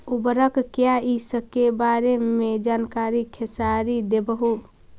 उर्वरक क्या इ सके बारे मे जानकारी खेसारी देबहू?